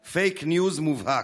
מתנחלים, פייק ניוז מובהק.